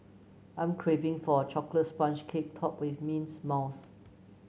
I'm craving for a chocolate sponge cake topped with mints mousse